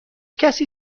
کسی